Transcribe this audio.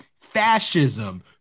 fascism